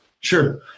sure